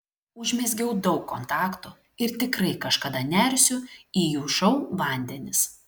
užmezgiau daug kontaktų ir tikrai kažkada nersiu į jų šou vandenis